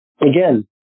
Again